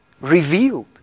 revealed